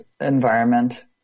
environment